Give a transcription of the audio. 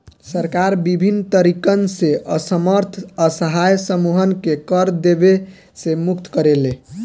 सरकार बिभिन्न तरीकन से असमर्थ असहाय समूहन के कर देवे से मुक्त करेले